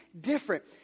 different